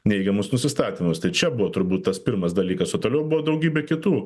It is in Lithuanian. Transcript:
neigiamus nusistatymus tai čia buvo turbūt tas pirmas dalykas o toliau buvo daugybė kitų